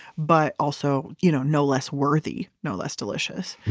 but also you know no less worthy, no less delicious.